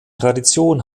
tradition